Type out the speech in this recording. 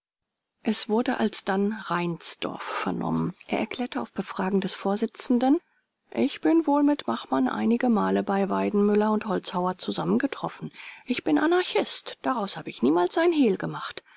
es wurde alsdann reinsdorf vernommen er erklärte auf befragen des vorsitzenden ich bin wohl mit bachmann einige male bei weidenmüller und holzhauer zusammengetroffen ich bin anarchist daraus habe ich niemals ein hehl gemacht